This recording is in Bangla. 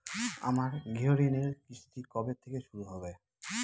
আমার গৃহঋণের কিস্তি কবে থেকে শুরু হবে?